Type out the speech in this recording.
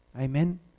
Amen